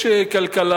יש כלכלה,